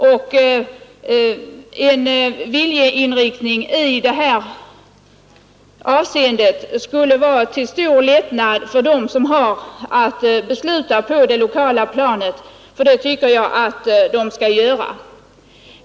Och en viljeyttring i det här avseendet skulle vara till stor lättnad för dem som har att besluta på det lokala planet, för det tycker jag att de skall göra.